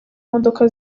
modoka